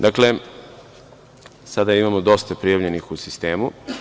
Dakle, sada imamo dosta prijavljenih u sistemu.